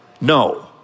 No